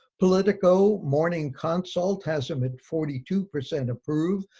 politico morning consult has him at forty two percent approve,